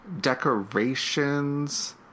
decorations